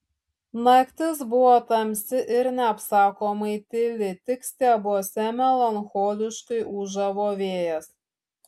naktis buvo tamsi ir neapsakomai tyli tik stiebuose melancholiškai ūžavo vėjas